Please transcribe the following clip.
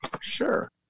Sure